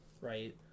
right